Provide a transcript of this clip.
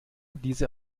diese